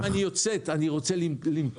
אחרי כמה שנים אני יוצאת ואני רוצה למכור.